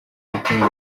mutima